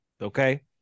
Okay